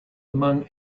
among